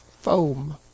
foam